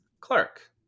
clark